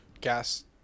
gas